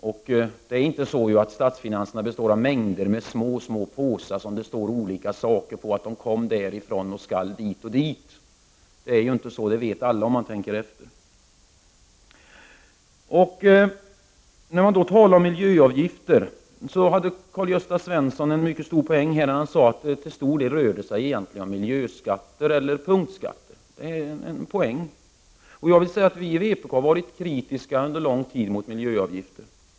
Och statsfinanserna består inte av en mängd små påsar med olika etiketter som anger varifrån de kommer och vart de skall. Det vet alla om de tänker efter. När det gäller miljöavgifter fanns det en stor poäng i det som Karl-Gösta Svenson sade att det till stor del egentligen rörde sig om miljöskatter eller punktskatter. Vi i vpk har under lång tid varit kritiska till miljöavgifter.